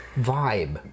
vibe